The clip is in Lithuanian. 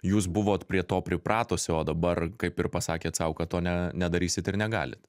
jūs buvot prie to pripratusi o dabar kaip ir pasakėt sau kad to ne nedarysit ir negalit